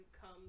come